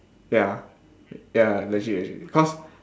ya ya legit legit cause